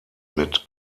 mit